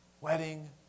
wedding